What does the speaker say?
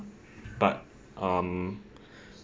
but um